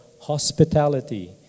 hospitality